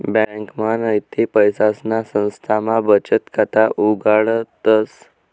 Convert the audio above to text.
ब्यांकमा नैते पैसासना संस्थामा बचत खाता उघाडतस